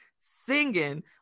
singing